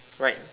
right